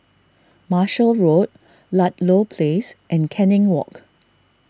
Marshall Road Ludlow Place and Canning Walk